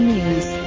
News